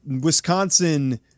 Wisconsin